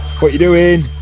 what are you doing?